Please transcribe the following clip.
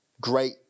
great